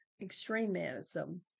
extremism